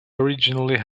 originally